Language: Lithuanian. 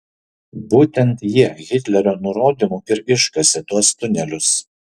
būtent jie hitlerio nurodymu ir iškasė tuos tunelius